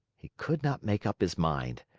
he could not make up his mind.